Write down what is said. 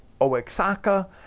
Oaxaca